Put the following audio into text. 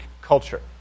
culture